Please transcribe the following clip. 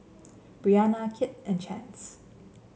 Brianna Kit and Chance